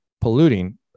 polluting